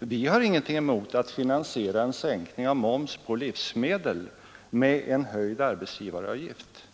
Vi har ingenting emot att finansiera en sänkning av moms på livsmedel med en höjd arbetsgivaravgift.